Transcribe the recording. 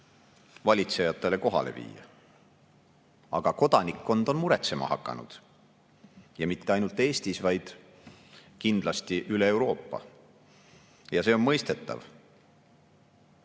valitsejatele kohale viia. Aga kodanikkond on muretsema hakanud. Ja mitte ainult Eestis, vaid kindlasti üle Euroopa. See on mõistetav. See